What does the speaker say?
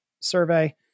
survey